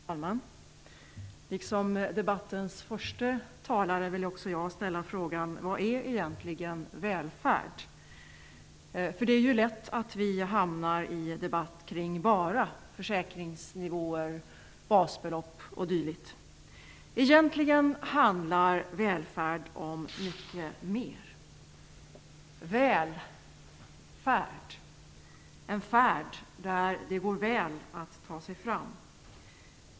Herr talman! Liksom debattens första talare vill också jag ställa frågan: Vad är egentligen välfärd? Det är ju lätt att vi hamnar i en debatt kring bara försäkringsnivåer, basbelopp, o.dyl. Egentligen handlar välfärd om mycket mer. Välfärd - en färd där det går väl att ta sig fram.